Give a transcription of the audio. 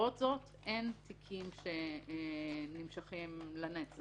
למרות זאת אין תיקים שנמשכים לנצח.